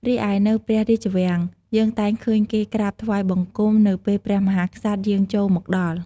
រីឯនៅព្រះរាជវាំង យើងតែងឃើញគេក្រាបថ្វាយបង្គំនៅពេលព្រះមហាក្សត្រយាងចូលមកដល់។